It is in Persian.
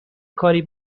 کاری